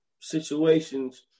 situations